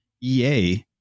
ea